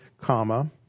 comma